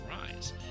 rise